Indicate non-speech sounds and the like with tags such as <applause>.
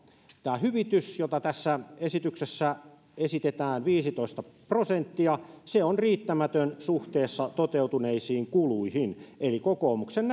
tämä hyvitys jota tässä esityksessä esitetään viisitoista prosenttia on riittämätön suhteessa toteutuneisiin kuluihin eli kokoomuksen <unintelligible>